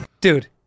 Dude